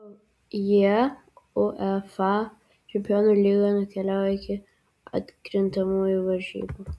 jie uefa čempionų lygoje nukeliavo iki atkrintamųjų varžybų